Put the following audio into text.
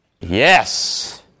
Yes